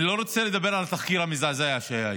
אני לא רוצה לדבר על התחקיר המזעזע שהיה אתמול,